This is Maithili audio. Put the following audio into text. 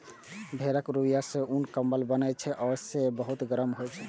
भेड़क रुइंया सं उन, कंबल बनै छै आ से बहुत गरम होइ छै